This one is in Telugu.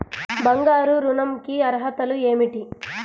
బంగారు ఋణం కి అర్హతలు ఏమిటీ?